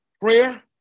prayer